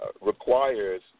requires